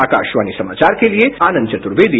आकाशवाणी समाचार के लिए आनंद चतुर्वेदी